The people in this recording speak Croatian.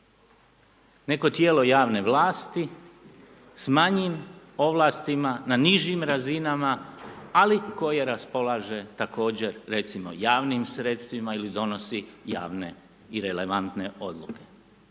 neko tijelo javne vlasti s manjim ovlastima na nižim razinama ali koje raspolaže također recimo javnim sredstvima ili donosi javne i relevantne odluke.